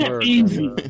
Easy